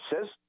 says